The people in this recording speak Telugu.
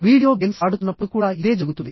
వీడియో గేమ్స్ ఆడుతున్నప్పుడు కూడా ఇదే జరుగుతుంది